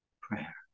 prayer